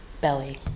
belly